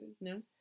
No